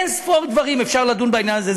אין ספור דברים אפשר לדון בעניין הזה.